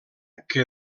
que